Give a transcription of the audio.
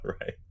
right